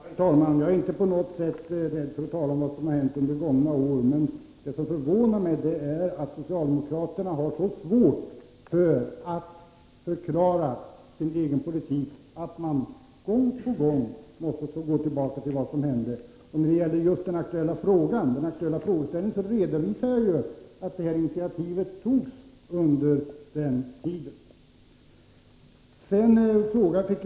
Herr talman! Jag är inte på något sätt rädd för att tala om vad som har hänt under gångna år. Vad som emellertid förvånar mig är att socialdemokraterna har så svårt att förklara sin egen politik, att de gång på gång måste hänvisa till vad som skedde tidigare. Då det gäller den aktuella frågan så redovisade jag i mitt anförande att detta initiativ togs under den borgerliga regeringstiden.